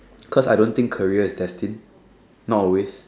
cause I don't think career is destined not always